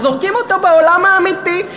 וזורקים אותו בעולם האמיתי.